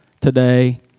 today